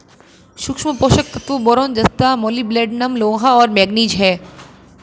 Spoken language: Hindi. सूक्ष्म पोषक तत्व बोरान जस्ता मोलिब्डेनम लोहा और मैंगनीज हैं